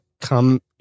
come